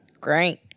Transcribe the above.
Great